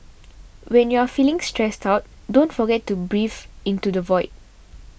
when you are feeling stressed out don't forget to breathe into the void